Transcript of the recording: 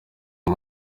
iyi